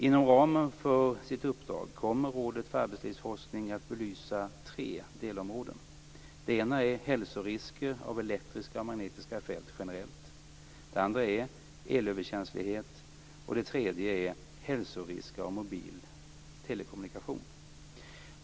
Inom ramen för sitt uppdrag kommer Rådet för arbetslivsforskning att belysa tre delområden. Det första är hälsorisker av elektriska och magnetiska fält generellt. Det andra är elöverkänslighet, och det tredje är hälsorisker av mobil telekommunikation.